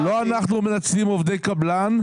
לא אנחנו מנצלים עובדי קבלן.